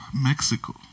Mexico